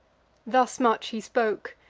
thus much he spoke,